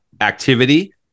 activity